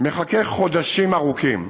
מחכה חודשים ארוכים.